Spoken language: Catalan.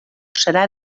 serà